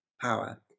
power